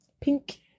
Pink